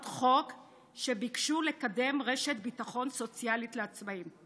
חוק שביקשו לקדם רשת ביטחון סוציאלית לעצמאים.